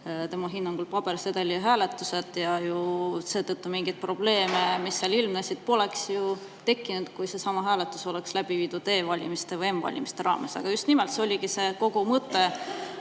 tema hinnangul pabersedelil hääletused ja seetõttu mingeid probleeme, mis seal ilmnesid, poleks tekkinud, kui seesama hääletus oleks läbi viidud e-valimiste või m-valimiste raames. Aga just nimelt, see oligi kogu mõte,